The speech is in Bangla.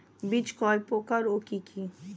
বীজ কয় প্রকার ও কি কি?